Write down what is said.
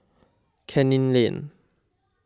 Canning Lane